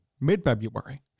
mid-February